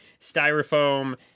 styrofoam